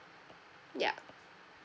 ya